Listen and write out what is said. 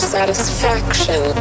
Satisfaction